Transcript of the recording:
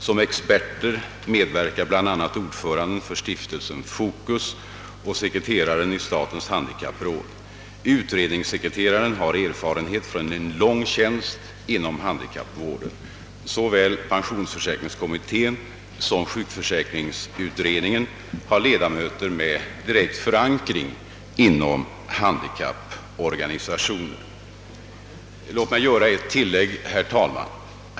Som experter medverkar bl.a. ordföranden för stiftelsen Fokus och sekreteraren i statens handikappråd. Utredningssekreteraren har erfarenhet från lång tjänst inom handikappvården. Såväl pensionsförsäkringskommittén som <sjukförsäkringsutredningen har ledamöter med direkt förankring inom handikapporganisationer. Låt mig göra ett tillägg, herr talman!